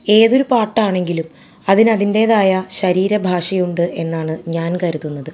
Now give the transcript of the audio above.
ഏതൊരു പാട്ടാണെങ്കിലും അതിന് അതിൻ്റേതായ ശരീരഭാഷയുണ്ട് എന്നാണ് ഞാൻ കരുതുന്നത്